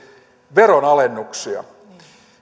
veronalennuksia